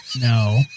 No